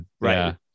Right